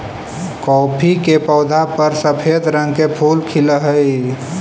coffee के पौधा पर सफेद रंग के फूल खिलऽ हई